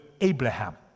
Abraham